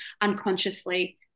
unconsciously